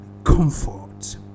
comfort